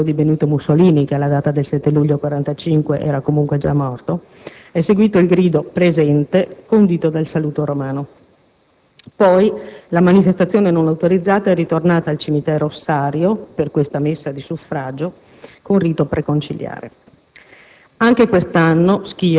devo dire che per ultimo è stato fatto quello di Benito Mussolini, che alla data del 7 luglio 1945 era comunque già morto - è seguito il grido «Presente», condito dal saluto romano. Poi, la manifestazione non autorizzata è ritornata al cimitero ossario per una messa di suffragio con rito preconciliare.